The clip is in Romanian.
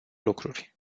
lucruri